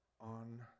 on